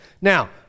Now